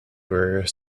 were